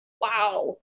Wow